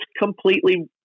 completely